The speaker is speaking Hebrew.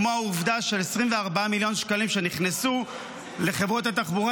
כמו העובדה ש-24 מיליון שקלים שנכנסו לחברות התחבורה,